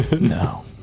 No